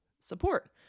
support